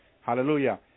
Hallelujah